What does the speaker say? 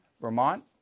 Vermont